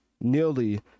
nearly